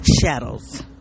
shadows